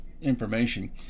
information